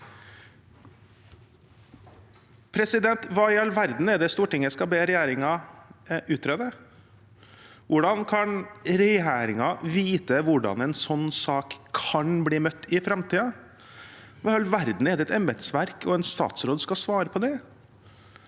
Hva i all verden er det Stortinget skal be regjeringen utrede? Hvordan kan regjeringen vite hvordan en slik sak kan bli møtt i framtiden? Hva i all verden skal et embetsverk og en statsråd svare på det?